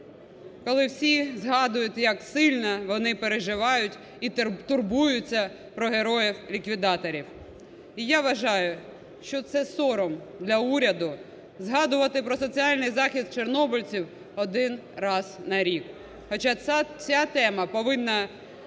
коли всі згадують, як сильно вони переживають і турбуються про героїв-ліквідаторів. І я вважаю, що це сором для уряду, згадувати про соціальний захист чорнобильців один раз на рік, хоча ця тема повинна